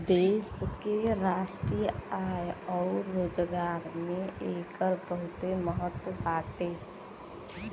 देश के राष्ट्रीय आय अउर रोजगार में एकर बहुते महत्व बाटे